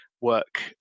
work